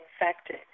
infected